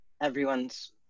everyone's